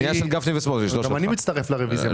גם אני מצטרף לרביזיה.